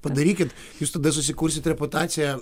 padarykit jūs tada susikursit reputaciją